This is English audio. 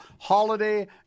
holiday